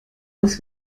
was